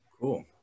cool